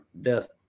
death